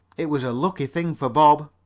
it was a lucky thing for bob.